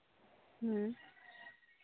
ᱦᱮᱸ